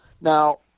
Now